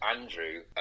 Andrew